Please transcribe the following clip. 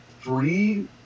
three